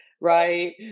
Right